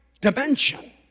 Dimension